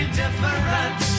different